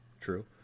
True